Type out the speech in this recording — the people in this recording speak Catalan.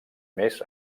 més